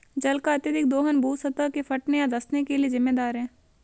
जल का अत्यधिक दोहन भू सतह के फटने या धँसने के लिये जिम्मेदार है